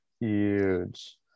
Huge